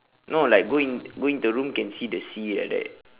no like go in go in the room can see the sea like that